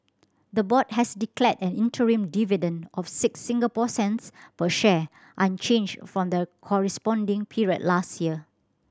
the board has declared an interim dividend of six Singapore cents per share unchanged from the corresponding period last year